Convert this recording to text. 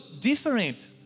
different